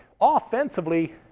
Offensively